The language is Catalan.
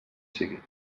sigui